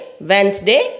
Wednesday